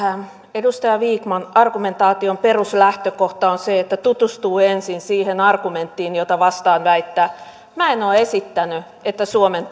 edustaja vikman argumentaation peruslähtökohta on se että tutustuu ensin siihen argumenttiin jota vastaan väittää minä en ole esittänyt että suomen